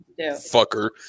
Fucker